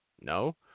No